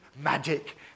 magic